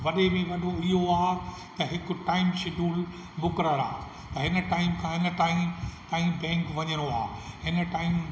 वॾे में वॾो इहो आहे त हिकु टाईट शिड्यूल मुकरर आहे भई हिन टाइम खां हिन टाइम ताईं बैंक वञिणो आहे हिन टाइम